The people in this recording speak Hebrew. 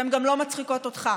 והן גם לא מצחיקות אותך.